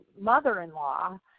mother-in-law